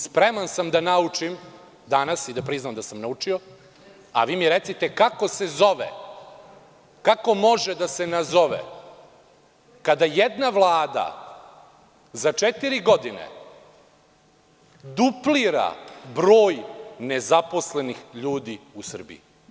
Spreman sam da danas naučim i da priznam da sam naučio, a vi mi recite kako se zove, kako može da se nazove kada jedna vlada za četiri godine duplira broj nezaposlenih ljudi u Srbiji?